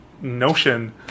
notion